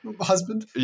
husband